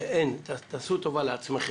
רבותי, תעשו טובה לעצמכם,